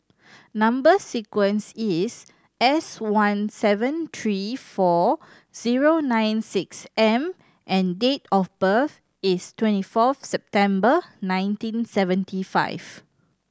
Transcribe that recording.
number sequence is S one seven three four zero nine six M and date of birth is twenty fourth September nineteen seventy five